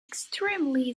extremely